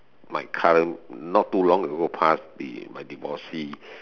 my current not too long ago past would be my divorcee